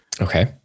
okay